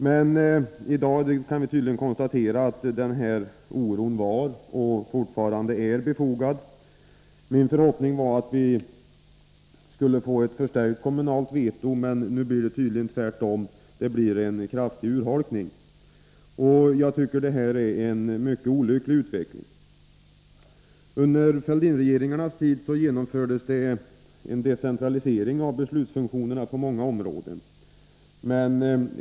Men i dag kan vi konstatera att denna oro var, och tydligen fortfarande är, befogad. Min förhoppning var att vi skulle få ett förstärkt kommunalt veto, men nu blir det förmodligen tvärtom — en kraftig urholkning. Detta är en mycket olycklig utveckling. Under Fälldinregeringarnas tid genomfördes en decentralisering av beslutsfunktionerna på många områden.